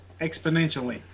exponentially